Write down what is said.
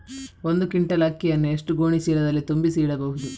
ಒಂದು ಕ್ವಿಂಟಾಲ್ ಅಕ್ಕಿಯನ್ನು ಎಷ್ಟು ಗೋಣಿಚೀಲದಲ್ಲಿ ತುಂಬಿಸಿ ಇಡಬಹುದು?